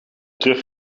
terug